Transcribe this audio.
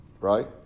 Right